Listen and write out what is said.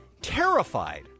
terrified